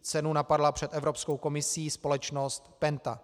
Cenu napadla před Evropskou komisí společnost Penta.